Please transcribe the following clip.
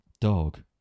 Dog